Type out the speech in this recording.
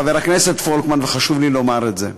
חבר הכנסת פולקמן, וחשוב לי לומר את זה,